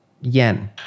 yen